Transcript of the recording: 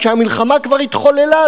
כשהמלחמה כבר התחוללה,